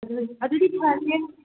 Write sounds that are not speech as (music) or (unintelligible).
(unintelligible) ꯑꯗꯨꯗꯤ (unintelligible)